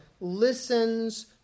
listens